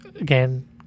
again